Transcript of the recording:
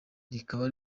rikaba